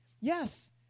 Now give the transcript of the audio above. Yes